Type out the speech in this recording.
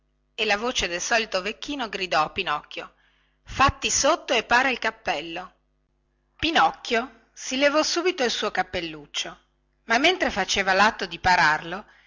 e la voce del solito vecchino gridò a pinocchio fatti sotto e para il cappello pinocchio si levò subito il suo cappelluccio ma mentre faceva latto di pararlo